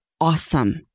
awesome